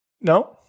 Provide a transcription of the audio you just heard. No